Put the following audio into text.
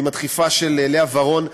עם הדחיפה של לאה ורון,